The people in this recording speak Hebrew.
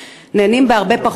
נהנים מהרבה פחות מכך.